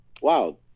wow